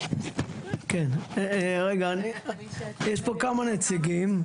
יש פה כמה נציגים.